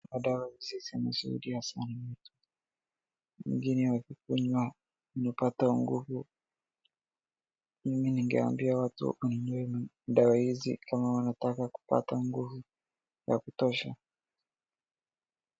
Madawa hizi zinasaidia sana, wengine wakikunywa wanapata nguvu, mimi ningeambia watu wakunywe dawa hizi kama wanataka kupata nguvu ya kutosha.